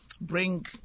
bring